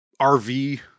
RV